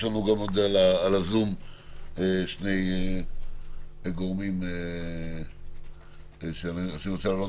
יש לנו עוד שני גורמים בזום שאני רוצה להעלות.